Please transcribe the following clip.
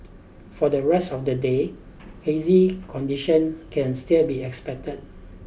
for the rest of the day hazy condition can still be expected